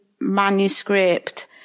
Manuscript